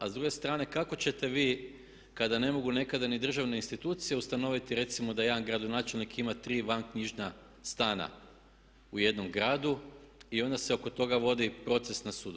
A s druge strane kako ćete vi kada ne mogu nekada ni državne institucije ustanoviti recimo da jedan gradonačelnik ima 3 van knjižna stana u jednom gradu i onda se oko toga vodi proces na sudu.